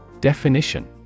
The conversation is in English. Definition